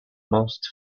most